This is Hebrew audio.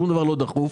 שום דבר לא דחוף,